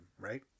right